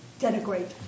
Denigrate